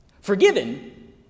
forgiven